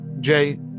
Jay